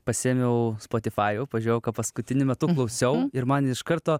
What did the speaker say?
pasiėmiau spotifajų pažiūrėjau ką paskutiniu metu klausiau ir man iš karto